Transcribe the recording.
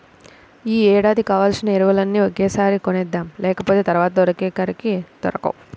యీ ఏడాదికి కావాల్సిన ఎరువులన్నీ ఒకేసారి కొనేద్దాం, లేకపోతె తర్వాత దొరకనే దొరకవు